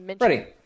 ready